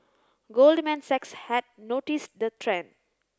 Goldman Sachs had noticed the trend